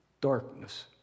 darkness